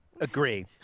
agree